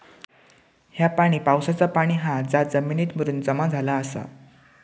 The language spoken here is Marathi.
ह्या पाणी पावसाचा पाणी हा जा जमिनीत मुरून जमा झाला आसा